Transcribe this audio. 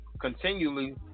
continually